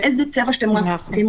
באיזה צבע שאתם רק רוצים,